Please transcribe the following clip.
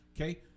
Okay